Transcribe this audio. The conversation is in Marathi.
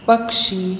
पक्षी